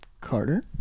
Carter